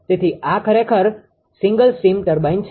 તેથી આ ખરેખર સિંગલ સ્ટીમ ટર્બાઇન છે